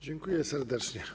Dziękuję serdecznie.